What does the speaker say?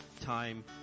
time